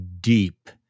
deep